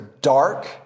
dark